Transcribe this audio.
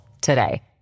today